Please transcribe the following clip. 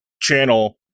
channel